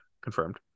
confirmed